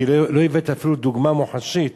כי לא הבאת אפילו דוגמה מוחשית